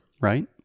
right